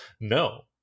No